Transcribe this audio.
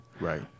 Right